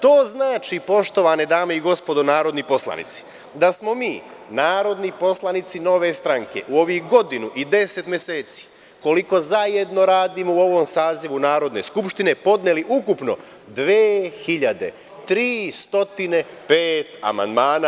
To znači, poštovane dame i gospodo narodni poslanici, da smo mi narodni poslanici Nove stranke u ovih godinu i 10 meseci, koliko zajedno radimo u ovom sazivu Narodne skupštine, podneli ukupno 2.305 amandmana.